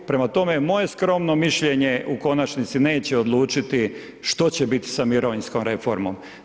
Prema tome, moje skromno mišljenje u konačnici neće odlučiti što će biti sa mirovinskom reformom.